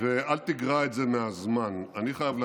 בוועדות, ועכשיו גם במליאה?